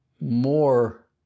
more